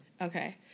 Okay